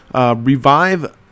Revive